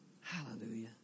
Hallelujah